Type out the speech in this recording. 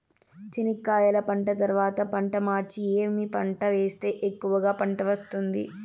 చెనక్కాయ పంట తర్వాత పంట మార్చి ఏమి పంట వేస్తే ఎక్కువగా పంట వస్తుంది?